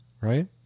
Right